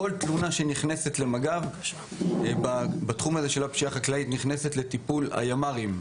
כל תלונה שנכנסת למג"ב בתחום של הפשיעה החקלאית נכנסת לטיפול הימ"רים,